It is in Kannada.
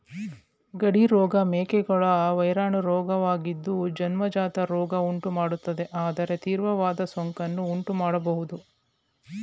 ಗಡಿ ರೋಗ ಮೇಕೆಗಳ ವೈರಾಣು ರೋಗವಾಗಿದ್ದು ಜನ್ಮಜಾತ ರೋಗ ಉಂಟುಮಾಡ್ತದೆ ಆದರೆ ತೀವ್ರವಾದ ಸೋಂಕನ್ನು ಉಂಟುಮಾಡ್ಬೋದು